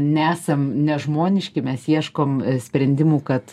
nesam nežmoniški mes ieškom sprendimų kad